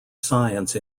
science